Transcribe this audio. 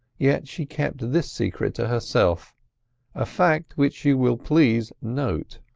yet she kept this secret to herself a fact which you will please note.